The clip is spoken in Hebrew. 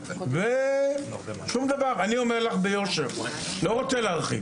אני אומר לך ביושר, אני לא רוצה להרחיב.